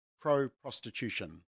pro-prostitution